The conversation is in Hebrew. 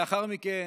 לאחר מכן,